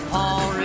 Paul